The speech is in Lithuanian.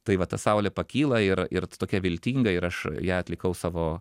tai va ta saulė pakyla ir ir tokia viltinga ir aš ją atlikau savo